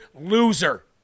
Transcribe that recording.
loser